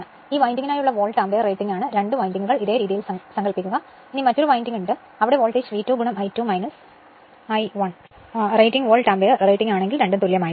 ഈ വിൻഡിംഗിനായുള്ള volt ampere റേറ്റിംഗാണ് 2 വിൻഡിംഗുകൾ ഈ രീതിയിൽ സങ്കൽപ്പിക്കുക ഇത് മറ്റൊരു വിൻഡിംഗ് ഉണ്ട് അവിടെ voltage V2 I2 I1 rating volt ampere rating ആണെങ്കിൽ രണ്ടും തുല്യമായിരിക്കണം